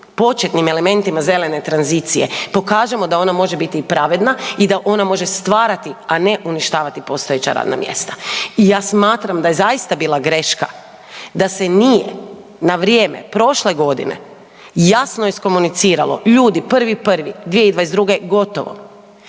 početnim elementima zelene tranzicije pokažemo da ona može biti i pravedna i da ona može stvarati, a ne uništavati postojeća radna mjesta i ja smatram da je zaista bila greška da se nije na vrijeme prošle godine jasno iskomuniciralo, ljudi, 1.1.2022., gotovo.